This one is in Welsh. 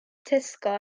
tesco